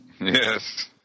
Yes